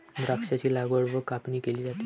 द्राक्षांची लागवड व कापणी केली जाते